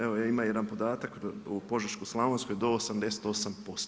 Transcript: Evo ima jedan podatak u Požeško-slavonskoj do 88%